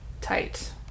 tight